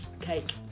Cake